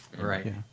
Right